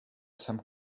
some